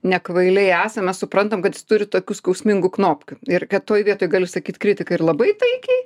ne kvailiai esam mes suprantam kad jis turi tokių skausmingų knopkių ir kad toj vietoj galiu sakyt kritiką ir labai taikiai